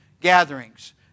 gatherings